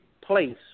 place